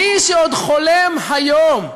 מי שעוד חולם היום,